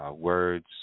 words